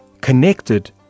connected